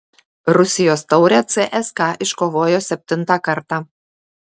rusijos taurę cska iškovojo septintą kartą